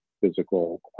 physical